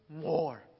more